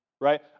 Right